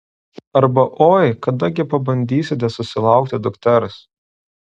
arba oi kada gi pabandysite susilaukti dukters